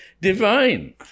divine